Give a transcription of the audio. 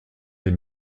les